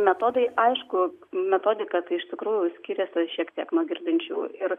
metodai aišku metodika tai iš tikrųjų skiriasi šiek tiek nuo girdinčiųjų ir